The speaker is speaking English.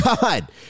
God